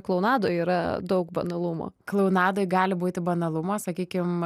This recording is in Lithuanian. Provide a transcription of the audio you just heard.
klounadoj yra daug banalumo klounadoj gali būti banalumo sakykim